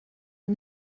yng